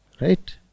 right